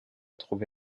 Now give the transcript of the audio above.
trouvé